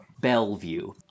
Bellevue